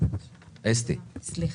עכשיו נאמר